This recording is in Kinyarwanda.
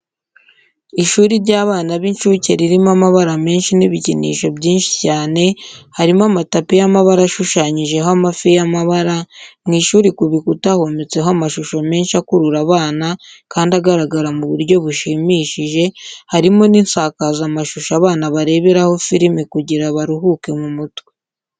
Ishuri ry'abana b'incuke ririmo amabara menshi n'ibikinisho byinshi cyane, harimo amatapi y'amabara ashushanyijeho amafi y'amabara, mu ishuri ku bikuta hometseho amashusho menshi akurura abana kandi agaragara mu buryo bushimishije, harimo n'insakazamashusho abana bareberaho filime kugira baruhuke mu mutwe.